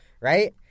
right